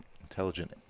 intelligent